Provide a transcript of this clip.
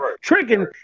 Tricking